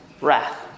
wrath